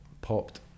Popped